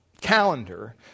calendar